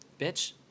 bitch